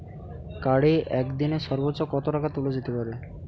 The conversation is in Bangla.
কার্ডে একদিনে সর্বোচ্চ কত টাকা তোলা যেতে পারে?